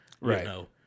Right